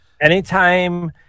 Anytime